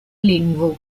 lingvo